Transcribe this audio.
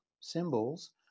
symbols